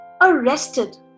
arrested